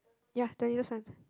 ya the latest one